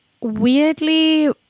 weirdly